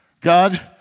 God